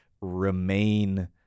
remain